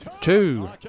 two